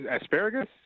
Asparagus